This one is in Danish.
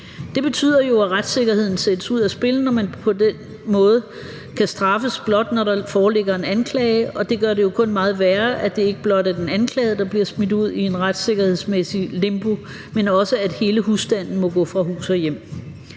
Det betyder jo, at retssikkerheden sættes ud af spil, når man på den måde kan straffes, blot når der foreligger en anklage, og det gør det kun meget værre, at det ikke blot er den anklagede, der bliver smidt ud i et retssikkerhedsmæssigt limbo, men også at hele husstanden må gå fra hus og hjem.